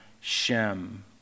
Shem